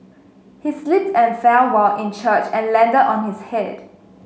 he slipped and fell while in church and landed on his head